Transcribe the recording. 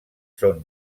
són